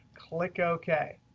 click ok.